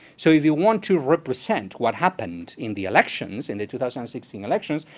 so if you want to represent what happened in the elections, in the two thousand and sixteen elections,